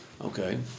Okay